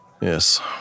Yes